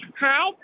Hi